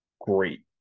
great